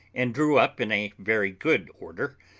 and drew up in a very good order,